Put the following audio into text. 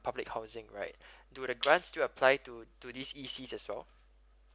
public housing right do the grant still apply to to this E_C as well